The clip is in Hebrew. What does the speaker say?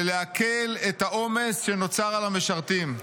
ולהקל את העומס שנוצר על המשרתים.